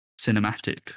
cinematic